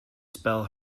spell